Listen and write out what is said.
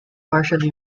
partially